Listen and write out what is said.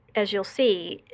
as you'll see,